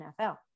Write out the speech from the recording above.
NFL